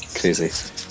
crazy